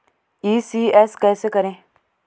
ECS कैसे करें?